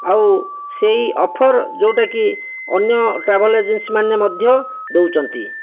ଆଉ ସେହି ଅଫର୍ ଯେଉଁଟାକି ଅନ୍ୟ ଟ୍ରାଭେଲ୍ ଏଜେନ୍ସି ମାନେ ମଧ୍ୟ ଦେଉଛନ୍ତି